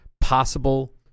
possible